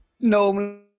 normally